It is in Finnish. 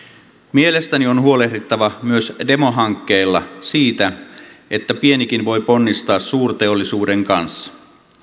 mielestäni on huolehdittava myös demohankkeilla siitä että pienikin voi ponnistaa suurteollisuuden kanssa